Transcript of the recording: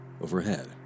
overhead